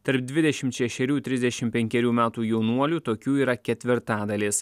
tarp dvidešimt šešrių trisdešim penkerių metų jaunuolių tokių yra ketvirtadalis